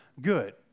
good